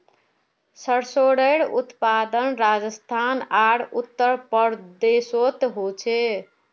सर्सोंर उत्पादन राजस्थान आर उत्तर प्रदेशोत होचे